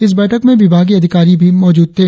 इस बैठक में विभागीय अधिकारियों भी मौजूद थे